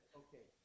okay